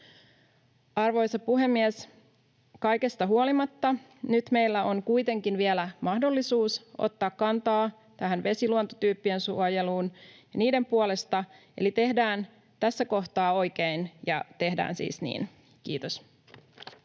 Arvoisa puhemies! Kaikesta huolimatta nyt meillä on kuitenkin vielä mahdollisuus ottaa kantaa vesiluontotyyppien suojeluun niiden puolesta, eli tehdään tässä kohtaa oikein ja tehdään siis niin. — Kiitos.